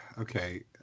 Okay